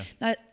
Now